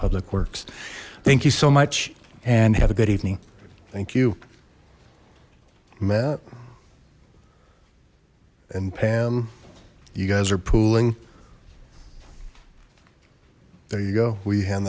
public works thank you so much and have a good evening thank you matt and pam you guys are pooling there you go we ha